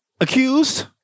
accused